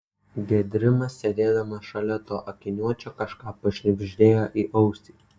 gedrimas sėdėdamas šalia to akiniuočio kažką pašnibždėjo į ausį